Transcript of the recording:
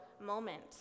moment